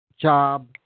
job